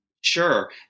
Sure